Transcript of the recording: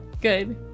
good